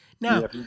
Now